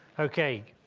okay.